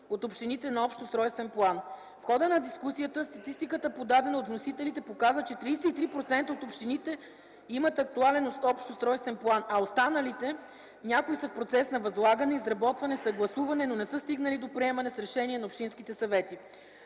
от общините на Общ устройствен план. В хода на дискусията статистиката подадена от вносителите, показва че 33% от общините имат актуален общ устройствен план, а от останалите – някои са в процес на възлагане, изработване, съгласуване, но не са стигнали до приемане с решение на общинските съвети.